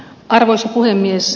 arvoisa puhemies